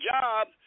job